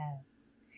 yes